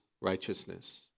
righteousness